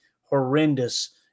horrendous